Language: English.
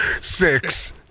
Six